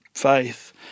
faith